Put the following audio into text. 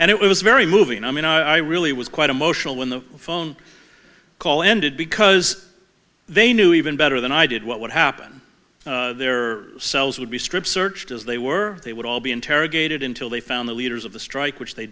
and it was very moving i mean i really was quite emotional when the phone call ended because they knew even better than i did what would happen their cells would be strip searched as they were they would all be interrogated until they found the leaders of the strike which they